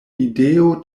ideo